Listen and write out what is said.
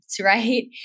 right